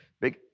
big